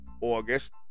August